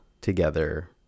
together